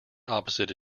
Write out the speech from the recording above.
opposite